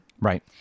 Right